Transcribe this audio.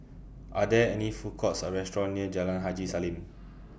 Are There any Food Courts Or restaurants near Jalan Haji Salam